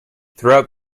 throughout